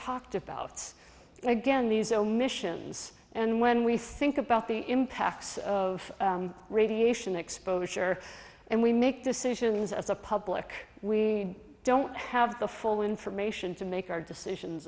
talked about again these omissions and when we think about the impacts of radiation exposure and we make decisions as a public we don't have the full information to make our decisions